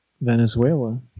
Venezuela